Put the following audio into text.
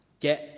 Get